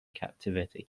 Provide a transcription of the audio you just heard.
captivity